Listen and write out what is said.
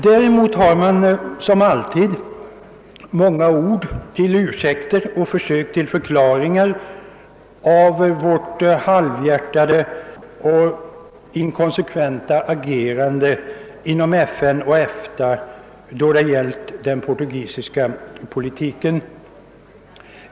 Däremot har man som alltid många ord till ursäkter och försök till förklaringar av vårt halvhjärtade och inkonsekventa agerande inför FN och EFTA då det gällt den portugisiska politiken.